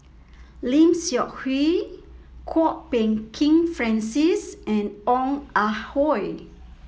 Lim Seok Hui Kwok Peng Kin Francis and Ong Ah Hoi